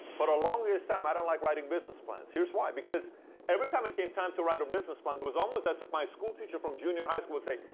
but longest time i didn't like writing business plans. here's why. because every time it came time to write a business plan, it was almost as if my school teacher from jr. high school would say,